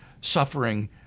suffering